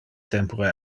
tempore